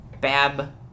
bab